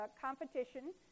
competition